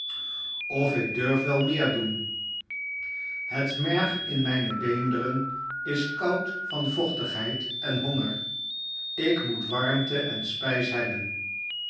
of ik durf wel meer doen het merg in mijne beenderen is koud van vochtigheid en honger ik moet warmte en spijs hebben